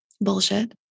Bullshit